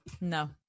no